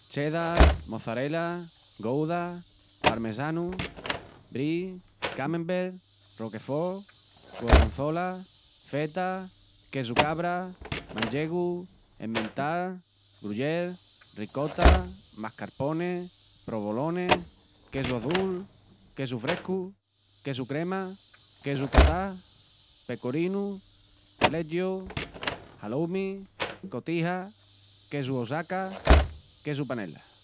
Cheddar, mozzarella, gouda, parmesanu, brie, camembert, roquefort, gorgonzola, feta, quesu cabra, manchegu, emmental, gruyère, ricotta, mascarpone, provolone, quesu azul, quesu frescu, quesu crema, quesu cottage, pecorinu, taleggio, halloumi, cotija, quesu Oaxaca, queso panela.